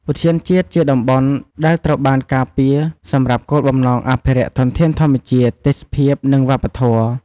ឧទ្យានជាតិជាតំបន់ដែលត្រូវបានការពារសម្រាប់គោលបំណងអភិរក្សធនធានធម្មជាតិ ទេសភាព និងវប្បធម៌។